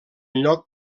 lloc